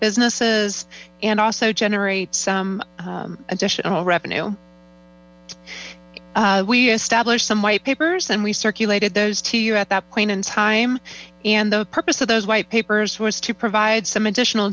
businesses and also generate some additional revenue we established some white papers and we circulated those to you at that point in time and the purpose of those white papers was to provide some additional